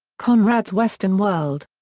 conrad's western world.